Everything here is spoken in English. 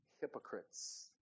hypocrites